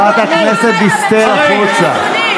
35 מקומות, חברת הכנסת דיסטל, החוצה.